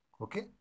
Okay